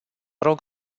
rog